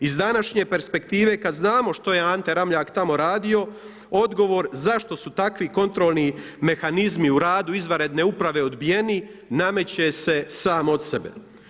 Iz današnje perspektive kad znamo što je Ante Ramljak tamo radio odgovor zašto su takvi kontrolni mehanizmi u radu izvanredne uprave odbijeni nameće se sam od sebe.